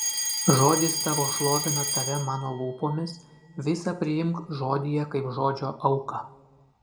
žodis tavo šlovina tave mano lūpomis visa priimk žodyje kaip žodžio auką